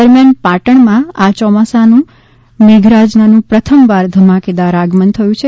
દરમિયાન પાટણમાં આ ચોમાસામાંનું મેઘરાજાનું પ્રથમવાર ધમાકેદાર આગમન થયું છે